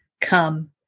Come